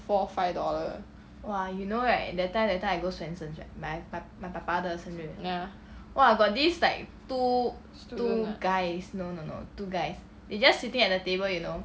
four five dollar ya student ah